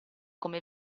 come